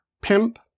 pimp